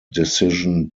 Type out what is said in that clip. decision